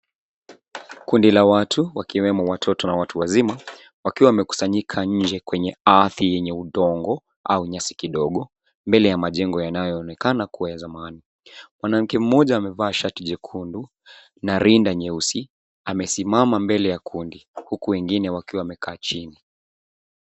Kundi la watu wakiwemo watoto na watu wazima wakiwa wamekusnyika nje kwenye ardhi yenye udongo au nyasi kidogo mbele ya majengo yanayooekana kuwa ya zamani. Mwanamke mmoja amevaa shati jekundu na rinda nyeusi amesimama mbele ya kundi huku wengine wakiwa wamekaa chini.